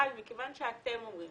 אבל מכיוון שאתם אומרים